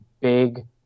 big